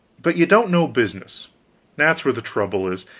but you don't know business that's where the trouble is.